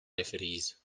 referees